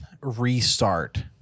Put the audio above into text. restart